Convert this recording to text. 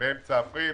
באמצע אפריל,